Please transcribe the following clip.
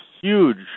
huge